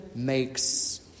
Makes